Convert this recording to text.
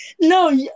No